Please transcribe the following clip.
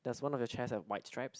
does one of your chairs has white stripes